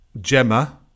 Gemma